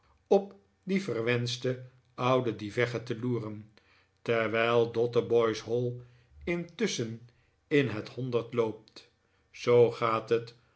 op die verwenschte oude dievegge te loeren terwijl dotheboys hall intusschen in het honderd loopt zoo gaat het